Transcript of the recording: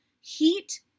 heat